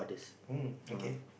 um okay